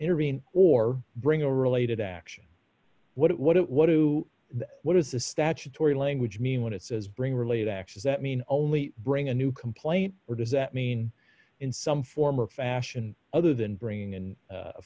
intervene or bring a related action what it what it what do what does the statutory language mean when it says bring related actions that mean only bring a new complaint or does that mean in some form or fashion other than bringing